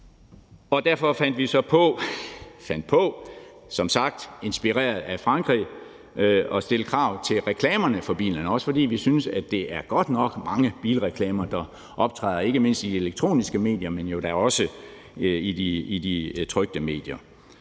Derfor fandt vi så på, som sagt inspireret af Frankrig, at stille krav til reklamerne for bilerne, også fordi vi synes, at det godt nok er mange reklamer, der optræder ikke mindst i elektroniske medier, men jo da også i de trykte medier.